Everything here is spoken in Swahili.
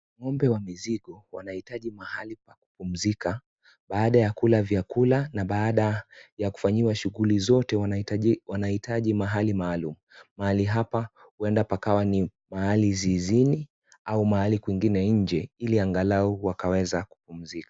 Ngo'mbe wa mizigo wanahitaji mahali pa kupumzika baada ya kula vyakula na baada ya kufanyiwa shughuli zote wanahitaji mahali maalum mahali hapa huenda pakawa ni mahali zizini au mahali kwingine nje ili angalau wakaweza kupumzika.